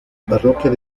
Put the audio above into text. parroquia